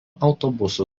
autobusų